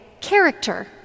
character